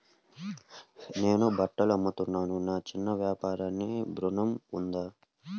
నేను బట్టలు అమ్ముతున్నాను, నా చిన్న వ్యాపారానికి ఋణం ఉందా?